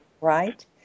right